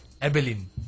Evelyn